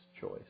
choice